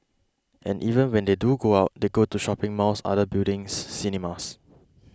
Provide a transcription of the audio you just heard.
and even when they do go out they go to shopping malls other buildings cinemas